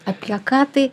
apie ką tai